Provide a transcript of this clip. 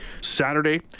Saturday